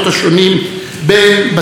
בין אמונות שונות,